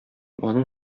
аның